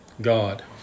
God